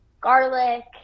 garlic